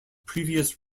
previous